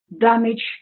damage